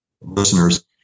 listeners